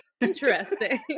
Interesting